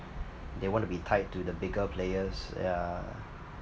they want to be tied to the bigger players yeah